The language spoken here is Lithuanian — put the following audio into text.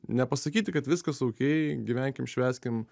nepasakyti kad viskas aukei gyvenkim švęskim